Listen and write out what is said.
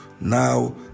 now